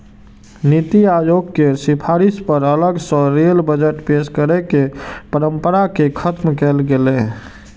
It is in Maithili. नीति आयोग केर सिफारिश पर अलग सं रेल बजट पेश करै के परंपरा कें खत्म कैल गेलै